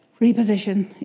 reposition